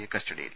A കസ്റ്റഡിയിൽ